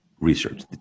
research